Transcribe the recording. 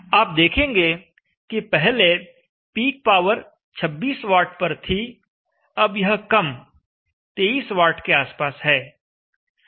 आप देखेंगे कि पहले पीक पावर 26 वाट पर थी अब यह कम 23 वाट के आसपास है